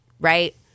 right